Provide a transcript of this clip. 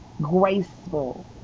graceful